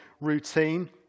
routine